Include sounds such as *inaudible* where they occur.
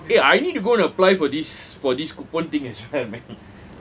eh I need to go to and apply for this for this coupon thing as well man *laughs*